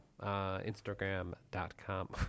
instagram.com